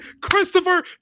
Christopher